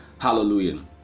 hallelujah